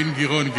דין גילאון,